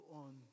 on